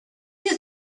you